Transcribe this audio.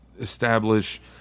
establish